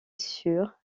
sur